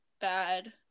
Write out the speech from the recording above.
bad